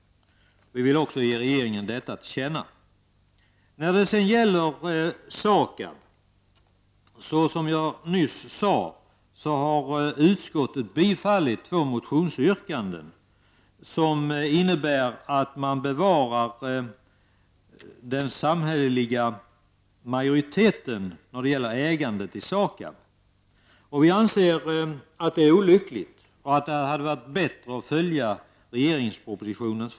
Vi vill ge regeringen också detta till känna. När det gäller SAKAB har utskottet såsom jag nyss sade tillstyrkt två motionsyrkanden, som innebär att man bevarar den samhälleliga majoriteten när det gäller ägandet i SAKAB. Vi anser att det är olyckligt. Det hade varit bättre att följa förslaget i propositionen.